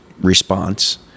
response